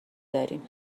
داریم